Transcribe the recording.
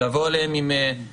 האם לבוא אליהם עם אקדח,